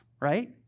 right